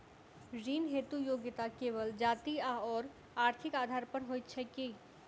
ऋण हेतु योग्यता केवल जाति आओर आर्थिक आधार पर होइत छैक की?